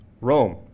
Rome